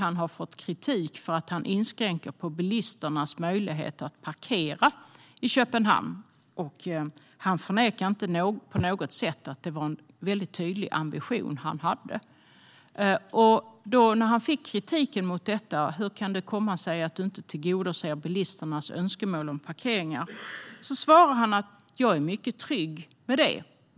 Han har fått kritik för att han inskränker bilisternas möjligheter att parkera i Köpenhamn. Han förnekar inte på något sätt att det är en tydlig ambition. När han fick kritik för att han inte tillgodoser bilisternas önskemål om parkeringar svarade han: Jag är mycket trygg med det.